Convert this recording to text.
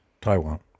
Taiwan